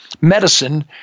medicine